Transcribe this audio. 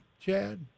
Chad